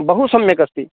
बहु सम्यक् अस्ति